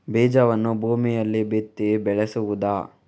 ಬೀಜವನ್ನು ಭೂಮಿಯಲ್ಲಿ ಬಿತ್ತಿ ಬೆಳೆಸುವುದಾ?